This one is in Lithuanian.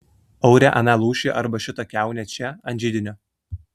aure aną lūšį arba šitą kiaunę čia ant židinio